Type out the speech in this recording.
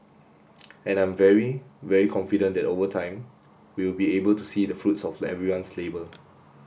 and I'm very very confident that over time we will be able to see the fruits of everyone's labour